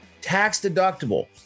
tax-deductible